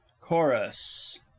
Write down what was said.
chorus